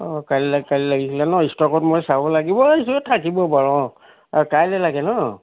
অঁ কাইলৈ কাইলৈ লাগিছিলে ন ষ্টকত মই চাব লাগিব অঁ ষ্টকত থাকিব বাৰু অঁ কাইলৈ লাগে ন